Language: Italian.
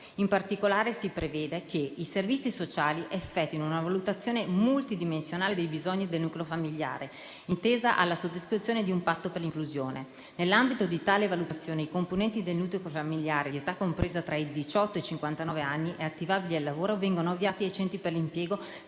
In particolare si prevede che i servizi sociali effettuino una valutazione multidimensionale dei bisogni del nucleo familiare intesa alla sottoscrizione di un patto per l'inclusione. Nell'ambito di tale valutazione i componenti del nucleo familiare, di età compresa tra i diciotto e i cinquantanove anni, attivabili al lavoro, vengono avviati ai centri per l'impiego